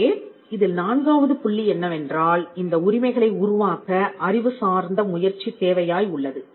எனவே இதில் நான்காவது புள்ளி என்னவென்றால் இந்த உரிமைகளை உருவாக்க அறிவு சார்ந்த முயற்சி தேவையாய் உள்ளது